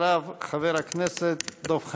אחריו, חבר הכנסת דב חנין.